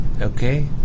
okay